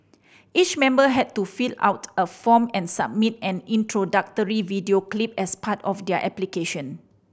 each member had to fill out a form and submit an introductory video clip as part of their application